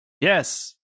Yes